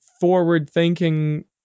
forward-thinking